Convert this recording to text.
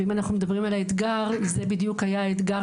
ואם אנחנו מדברים על האתגר זה בדיוק היה האתגר